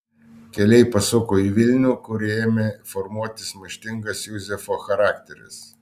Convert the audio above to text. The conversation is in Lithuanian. keliai pasuko į vilnių kur ėmė formuotis maištingas juzefo charakteris